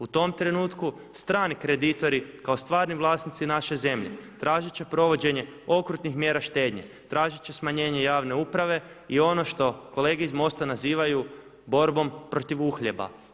U tom trenutku strani kreditori kao stvarni vlasnici naše zemlje tražit će provođenje okrutnih mjera štednje, tražit će smanjenje javne uprave i ono što kolege iz MOST-a nazivaju borbom protiv uhljeba.